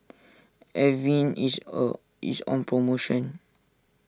Avene is on promotion